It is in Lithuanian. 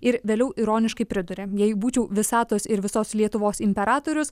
ir vėliau ironiškai priduria jei būčiau visatos ir visos lietuvos imperatorius